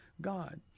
God